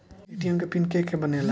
ATM के pin के के बनेला?